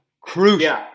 Crucial